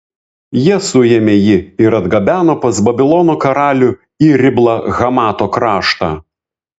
jie suėmė jį ir atgabeno pas babilono karalių į riblą hamato kraštą